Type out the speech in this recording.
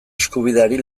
eskubideari